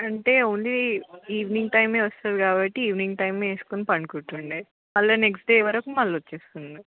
అంటే only evening టైమే వస్తుంది కాబట్టి ఈవెనింగ్ టైమే వేసుకొని పడుకొంటుండే మళ్ళీ నెక్స్ట్ డే వరకు మళ్ళీ వచ్చేస్తుంది